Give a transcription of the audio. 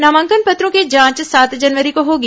नामांकन पत्रों की जांच सात जनवरी को होगी